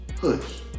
hush